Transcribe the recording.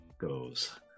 goes